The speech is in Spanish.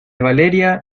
valeria